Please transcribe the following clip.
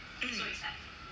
hmm